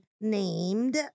named